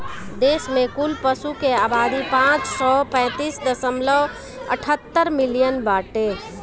देश में कुल पशु के आबादी पाँच सौ पैंतीस दशमलव अठहत्तर मिलियन बाटे